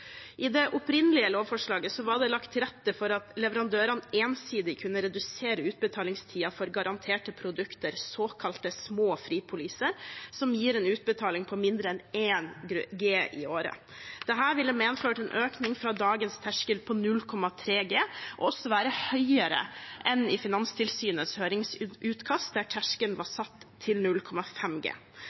I det opprinnelige lovforslaget var det lagt til rette for at leverandørene ensidig kunne redusere utbetalingstiden for garanterte produkter, såkalte små fripoliser, som gir en utbetaling på mindre enn 1G i året. Dette ville ha medført en økning fra dagens terskel på 0,3G og også være høyere enn i Finanstilsynets høringsutkast, der terskelen var satt til